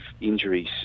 injuries